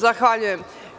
Zahvaljujem.